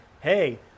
hey